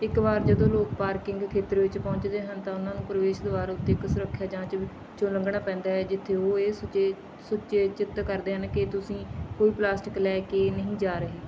ਇੱਕ ਵਾਰ ਜਦੋਂ ਲੋਕ ਪਾਰਕਿੰਗ ਖੇਤਰ ਵਿੱਚ ਪਹੁੰਚਦੇ ਹਨ ਤਾਂ ਉਨ੍ਹਾਂ ਨੂੰ ਪ੍ਰਵੇਸ਼ ਦੁਆਰ ਉੱਤੇ ਇੱਕ ਸੁਰੱਖਿਆ ਜਾਂਚ ਵਿੱਚੋਂ ਲੰਘਣਾ ਪੈਂਦਾ ਹੈ ਜਿੱਥੇ ਉਹ ਇਹ ਸੁਚੇ ਸੁਨਿਸ਼ਚਿਤ ਕਰਦੇ ਹਨ ਕਿ ਤੁਸੀਂ ਕੋਈ ਪਲਾਸਟਿਕ ਲੈ ਕੇ ਨਹੀਂ ਜਾ ਰਹੇ